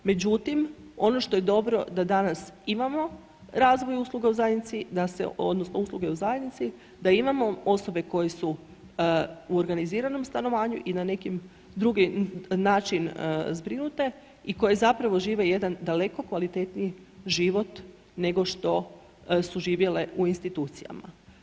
Međutim, ono što je dobro da danas imamo razvoj usluga u zajednici, da se, odnosno usluge u zajednici, da imamo osobe koje su u organiziranom stanovanju i na neki drugi način zbrinute i koje zapravo žive jedan daleko kvalitetniji život nego što su živjele u institucijama.